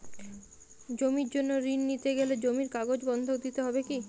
জমির জন্য ঋন নিতে গেলে জমির কাগজ বন্ধক দিতে হবে কি?